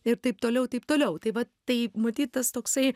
ir taip toliau taip toliau tai va tai matyt tas toksai